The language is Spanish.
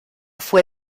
fue